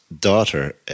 daughter